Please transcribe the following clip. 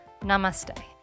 Namaste